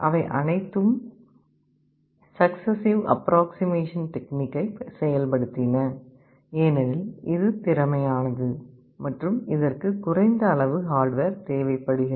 அவை அனைத்தும் successive approximation டெக்னிக்கை செயல்படுத்தின ஏனெனில் இது திறமையானது மற்றும் இதற்கு குறைந்த அளவு ஹார்டுவேர் தேவைப்படுகிறது